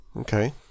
Okay